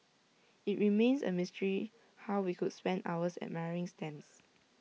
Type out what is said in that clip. IT remains A mystery how we could spend hours admiring stamps